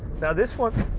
now this one